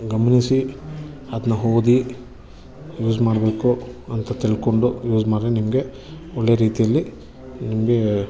ಗಮನಿಸಿ ಅದನ್ನ ಓದಿ ಯೂಸ್ ಮಾಡಬೇಕು ಅಂತ ತಿಳ್ಕೊಂಡು ಯೂಸ್ ಮಾಡ್ರೆ ನಿಮಗೆ ಒಳ್ಳೆ ರೀತಿಯಲ್ಲಿ ನಿಮಗೆ